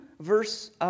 Verse